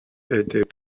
était